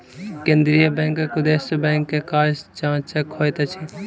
केंद्रीय बैंकक उदेश्य बैंक के कार्य जांचक होइत अछि